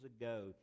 ago